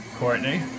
Courtney